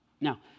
Now